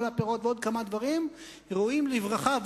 על הפירות ועוד כמה דברים ראויים לברכה,